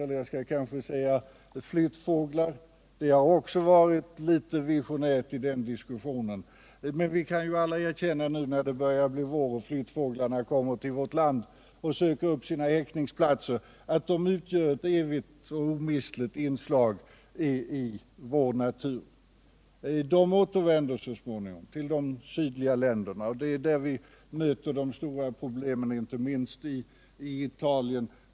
Också den diskussionen har haft ett visionärt inslag, men vi kan alla erkänna, nu när vi närmar oss våren och flyttfåglarna börjar komma till vårt land för att söka upp sina häckningsplatser, att de utgör ett omistligt inslag i vår natur. De återvänder så småningom till de sydligare länderna, och det är där man i flyttfågelsdebatten möter de stora problemen, inte minst i Italien.